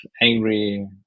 angry